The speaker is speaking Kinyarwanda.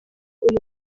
uyu